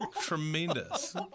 Tremendous